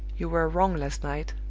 you were wrong last night.